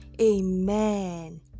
Amen